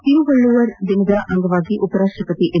ತಿರುವಳ್ಳುವರ್ ದಿನದ ಅಂಗವಾಗಿ ಉಪರಾಷ್ಟಪತಿ ಎಂ